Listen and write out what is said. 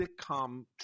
sitcom